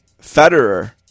Federer